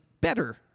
better